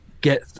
get